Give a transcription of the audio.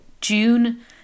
june